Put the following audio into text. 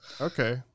Okay